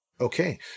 Okay